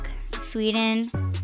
Sweden